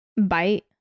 bite